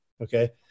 Okay